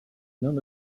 known